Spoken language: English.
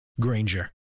Granger